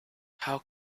how